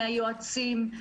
מהיועצים,